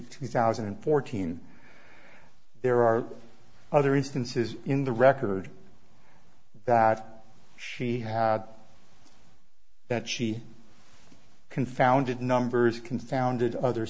two thousand and fourteen there are other instances in the record that she had that she confounded numbers confounded other